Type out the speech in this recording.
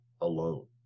alone